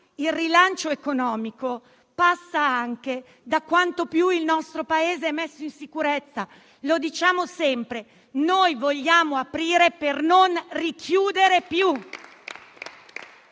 il rilancio economico passa anche da quanto il nostro Paese è messo in sicurezza. Lo diciamo sempre: vogliamo aprire per non richiudere più.